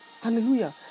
Hallelujah